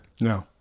No